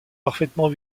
parfaitement